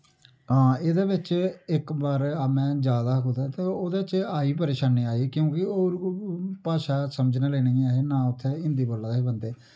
आं एह्दे बिच्च इक बार में जा दा हा कुदै ते ओह्दे च आई परेशानी आई क्योंकि ओह् भाशा समझने लेई नेईं है ही ना उत्थै हिंदी बोल्ला दे हे बंदे